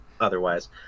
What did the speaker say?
otherwise